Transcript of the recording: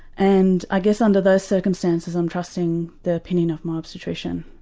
and i guess under those circumstances i'm trusting the opinion of my obstetrician.